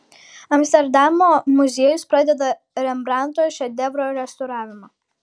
amsterdamo muziejus pradeda rembrandto šedevro restauravimą